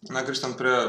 na grįžtant prie